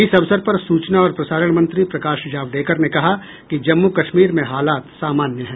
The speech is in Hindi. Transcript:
इस अवसर पर सूचना और प्रसारण मंत्री प्रकाश जावडेकर ने कहा कि जम्मू कश्मीर में हालात सामान्य है